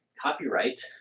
copyright